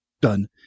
done